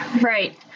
Right